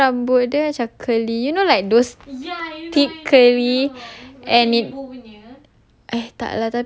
ya lepas tu rambut dia macam curly you know like those tip curly and it